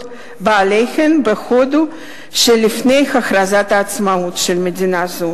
בעליהן בהודו שלפני הכרזת העצמאות שלה.